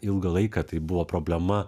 ilgą laiką tai buvo problema